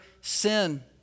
sin